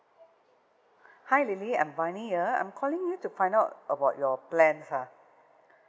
hi lily I'm bonnie here I'm calling you to find out about your plans ah